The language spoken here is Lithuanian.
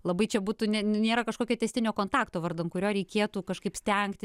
labai čia būtų ne nėra kažkokia tęstinio kontakto vardan kurio reikėtų kažkaip stengtis